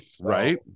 right